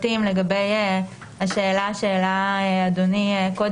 הכוונה היא שזה יהיה אדם שקשור אליי כי יש קשר גם מבחינת הנמען